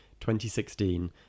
2016